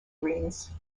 greens